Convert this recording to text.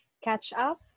catch-up